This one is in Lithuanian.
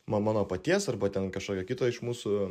man mano paties arba ten kažkokio kito iš mūsų